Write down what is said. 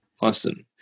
Awesome